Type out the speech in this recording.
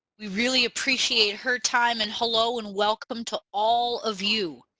we really appreciate her time and hello and welcome to all of you.